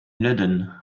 ludden